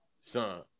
son